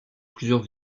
plusieurs